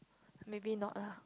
maybe not lah